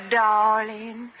darling